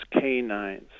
canines